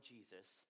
Jesus